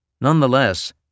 Nonetheless